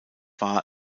war